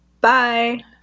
Bye